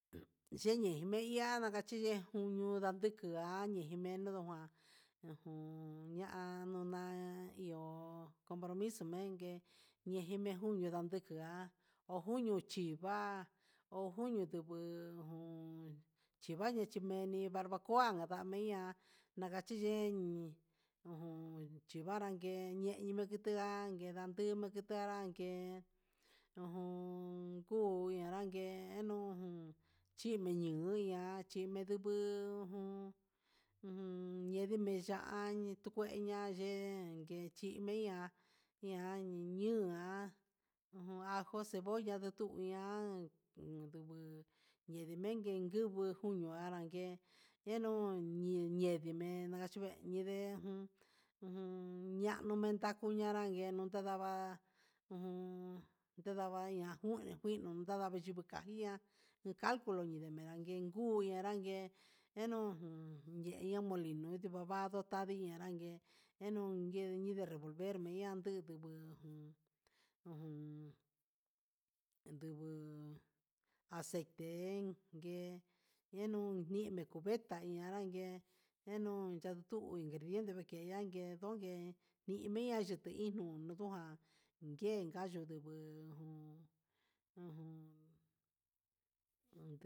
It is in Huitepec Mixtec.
Ywengue yeiha nakachi ye'e uñu nduku iha najani mento ngua uju ña'a nuna iho compromiso mengue yejimin jun nidanukua junio chí, chiva'a o junio nduku jun chivaña chimeni najaxhiva'a, barbacoa ndame ña'a nachiyen jun chí mañan ngue ndukutua anrangue, nakutunu anrangue ngue ujun kuu nanragueno chí niuya ndiki yuku ujun ñendimi ya'a nitukuña ye'e, ndechimeya ña'a niun nga ajo cebolla ndetu ian jun llemengue yuju jun, ñangue jenuu ñi ñendeme nangachive nide jun, ñanu mentajo ña'a nanraguenu tedava'a ujun tedaña najua jinuu undava chinukai ña'a uun caldo ñamaren guu iha anrageu nguenu jun ye'i lima limón nayanro ndavii yanrangue llenuu he inde revolver niyan ndubu nujun ujun ndubuu aceite ngue enuu ime cubeta ña'a anrangue yenuu xatu ndiveke nguenke iha, mia xaninu'u nguan ke kayuu ju jun ujun.